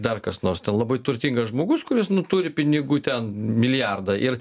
dar kas nors ten labai turtingas žmogus kuris turi pinigų ten milijardą ir